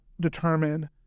determine